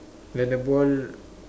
when the ball